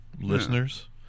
Listeners